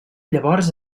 llavors